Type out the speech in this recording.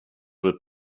with